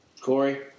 Corey